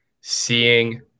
seeing